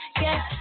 yes